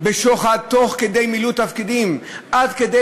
בשוחד תוך כדי מילוי תפקידים עד כדי